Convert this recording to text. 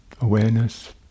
awareness